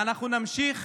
ואנחנו נמשיך,